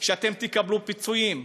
אתם תקבלו פיצויים.